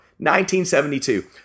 1972